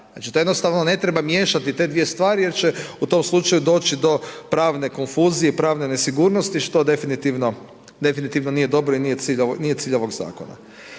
Znači to jednostavno ne treba miješati te dvije stvari jer će u tom slučaju doći do pravne konfuzije i pravne nesigurnosti što definitivno nije dobro i nije cilj ovog zakona.